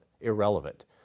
irrelevant